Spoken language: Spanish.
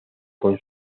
con